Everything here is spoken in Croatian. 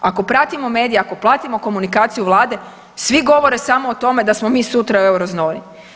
Ako pratimo medije, ako pratimo komunikaciju Vlade, svi govore samo o tome da smo mi sutra u Eurozoni.